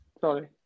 Sorry